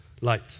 light